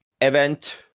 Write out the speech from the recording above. event